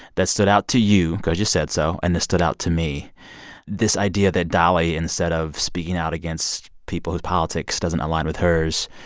that stood out to you because you said so and that stood out to me this idea that dolly, instead of speaking out against people whose politics doesn't align with hers,